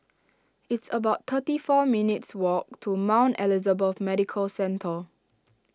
it's about thirty four minutes' walk to Mount Elizabeth Medical Centre